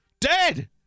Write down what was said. Dead